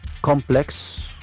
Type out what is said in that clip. Complex